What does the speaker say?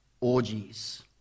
orgies